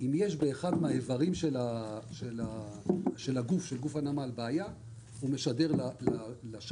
אם יש באחד מהאברים של גוף הנמל בעיה הוא משדר לשער